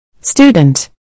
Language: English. Student